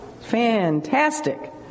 Fantastic